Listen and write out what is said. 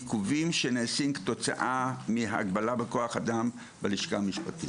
העיכובים שנעשים כתוצאה מהגבלה בכוח אדם בלשכה המשפטית.